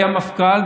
היה מפכ"ל,